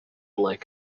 like